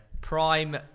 prime